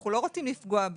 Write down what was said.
אנו לא רוצים לפגוע בה.